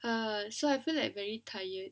err so I feel like very tired